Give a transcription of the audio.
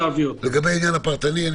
לגבי העניין הפרטני,